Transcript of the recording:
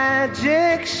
Magic